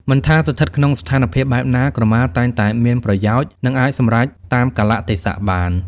មិនថាស្ថិតក្នុងស្ថានភាពបែបណា ក្រមាតែងតែមានប្រយោជន៍ និងអាចសម្របតាមកាលៈទេសៈបាន។